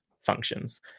functions